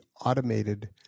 automated